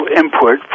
input